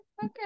Okay